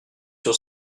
sur